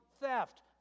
theft